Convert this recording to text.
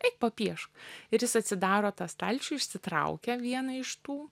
eik papiešk ir jis atsidaro tą stalčių išsitraukia vieną iš tų